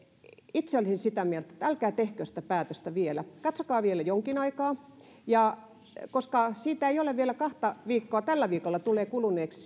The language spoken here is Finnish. itse olisin sitä mieltä että älkää tehkö sitä päätöstä vielä katsokaa vielä jonkin aikaa koska siitä ei ole vielä kahta viikkoa kun uusimaa avattiin tällä viikolla tulee kuluneeksi